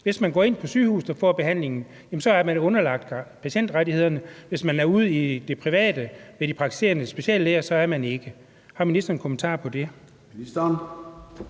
Hvis man går ind på et sygehus og får behandlingen, er man underlagt patientrettighederne. Hvis man er ude i det private ved de praktiserende speciallæger, er man ikke. Har ministeren en kommentar til det?